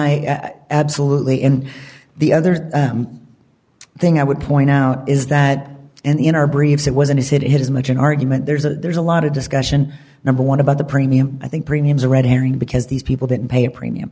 i absolutely in the other thing i would point out is that in our briefs it was and he said it is much an argument there's a there's a lot of discussion number one about the premium i think premiums are red herring because these people didn't pay a premium